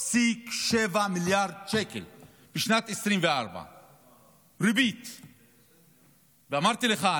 3.7 מיליארד שקל ריבית בשנת 2024. ואמרתי לך,